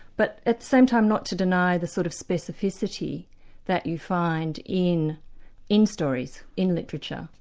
but at the same time not to deny the sort of specificity that you find in in stories, in literature,